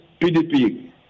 PDP